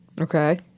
Okay